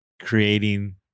creating